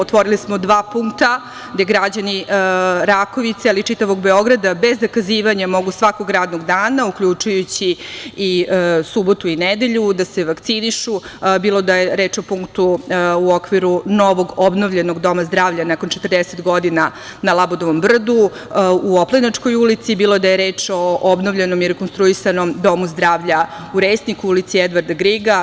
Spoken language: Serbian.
Otvorili smo dva punkta gde građani Rakovice i čitavog Beograda, bez zakazivanja mogu svakog radnog dana, uključujući i subotu i nedelju da se vakcinišu, bilo da je reč o punktu u okviru novog obnovljenog doma zdravlja, nakon 40 godina, na Labudovom brdu, u Oplenačkoj ulici, bilo da je reč o obnovljenom i rekonstruisanom domu zdravlja u Resniku, u ulici Edvarda Grega.